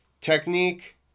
technique